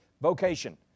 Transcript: vocation